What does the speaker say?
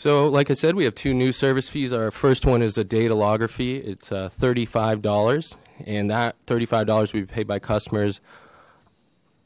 so like i said we have two new service fees our first one is a data logger fee it's thirty five dollars and that thirty five dollars we've paid by customers